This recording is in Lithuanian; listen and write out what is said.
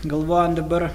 galvojame dabar